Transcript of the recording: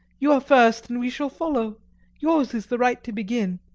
you are first, and we shall follow yours is the right to begin.